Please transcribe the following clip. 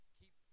keep